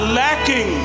lacking